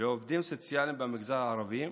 ועובדים סוציאליים במגזר הערבי,